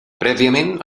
prèviament